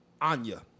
Anya